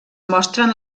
mostren